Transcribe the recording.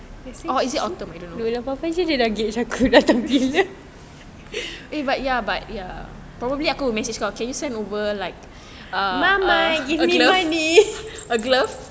I don't know no lah apa-apa luggage aku datang bila mama give me money